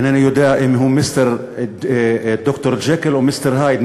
אינני יודע אם הוא ד"ר ג'קיל או מיסטר הייד,